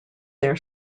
their